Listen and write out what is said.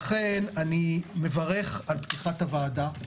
לכן אני מברך על פתיחת הוועדה,